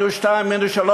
מינוס 2,